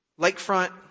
Lakefront